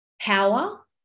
power